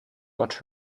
got